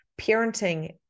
parenting